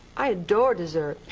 i adore dessert.